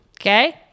okay